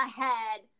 ahead